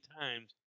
times